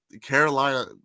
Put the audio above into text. Carolina